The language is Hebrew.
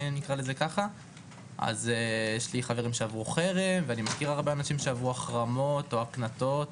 יש לי חברים שעברו חרם ואני מכיר הרבה אנשים שעברו החרמות או הקנטות,